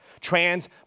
TRANS